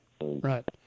right